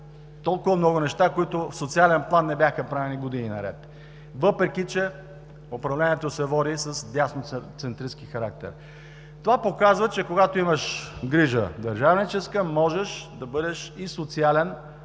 толкова много неща, които в социален план не бяха правени години наред, въпреки че управлението се води с дясноцентристки характер. Това показва, че когато имаш държавническа грижа, можеш да бъдеш и социален